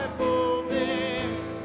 boldness